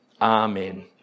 Amen